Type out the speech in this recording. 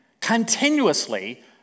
continuously